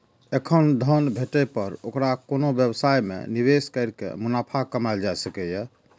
एखन धन भेटै पर ओकरा कोनो व्यवसाय मे निवेश कैर के मुनाफा कमाएल जा सकैए